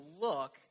look